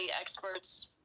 experts